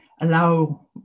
allow